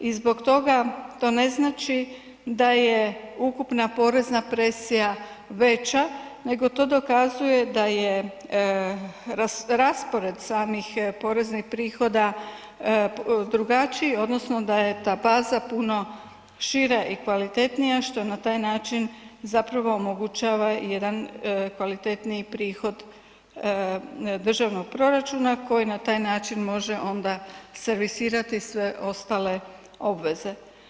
I zbog toga to ne znači da je ukupna porezna presija veća nego to dokazuje da je raspored samih poreznih prihoda drugačiji odnosno da je ta baza puno šira i kvalitetnija što na taj način zapravo omogućava i jedan kvalitetniji prihod državnog proračuna koji na taj način može onda servisirati sve ostale obveze.